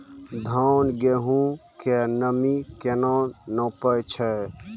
धान, गेहूँ के नमी केना नापै छै?